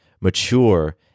mature